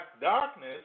darkness